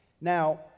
Now